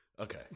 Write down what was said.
Okay